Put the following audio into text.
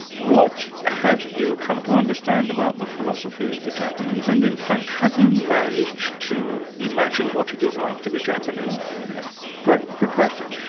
what have you come to understand about the philosophy of the japanese, and in fact have you managed to imagine what it is like to be japanese? yeah good good question.